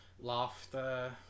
laughter